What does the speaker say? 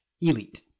Elite